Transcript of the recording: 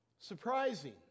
Surprising